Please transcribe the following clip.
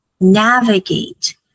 navigate